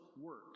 work